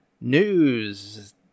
News